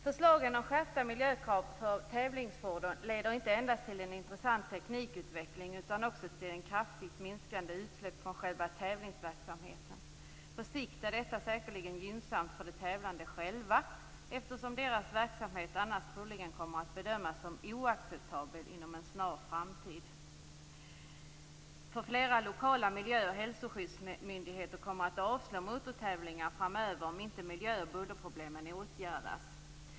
Förslagen om skärpta miljökrav för tävlingsfordon leder inte endast till en intressant teknikutveckling utan också till ett kraftigt minskande utsläpp från själva tävlingsverksamheten. På sikt är detta säkerligen gynnsamt för de tävlande själva, eftersom deras verksamhet annars troligen kommer att bedömas som oacceptabel inom en snar framtid. Fler lokala miljöoch hälsoskyddsmyndigheter kommer att avslå ansökningar om anordnande av motortävlingar framöver, om inte miljö och bullerproblemen åtgärdas.